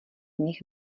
nich